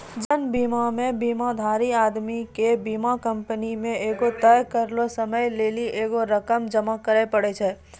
जीवन बीमा मे बीमाधारी आदमी के बीमा कंपनी मे एगो तय करलो समय लेली एगो रकम जमा करे पड़ै छै